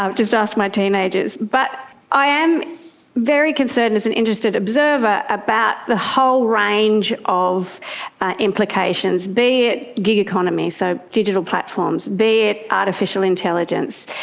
just ask my teenagers. but i am very concerned as an interested observer about the whole range of implications, be it gig economy, so digital platforms, be it artificial intelligence,